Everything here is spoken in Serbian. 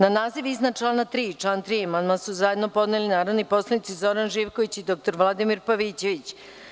Na naziv iznad člana 14. i član 14. amandman su zajedno podneli narodni poslanici Zoran Živković i dr Vladimir Pavićević.